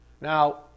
Now